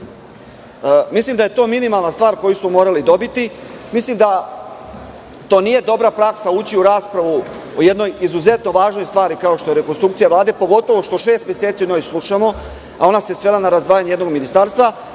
Mislim da je to minimalna stvar koju smo morali dobiti. Mislim da to nije dobra praksa, ući u raspravu o jednoj izuzetno važnoj stvari, kao što je rekonstrukcija Vlade, pogotovo što šest meseci o njoj slušamo, a ona se svela na razdvajanje jednog ministarstva